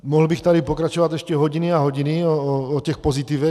Mohl bych tady pokračovat ještě hodiny a hodiny o těch pozitivech.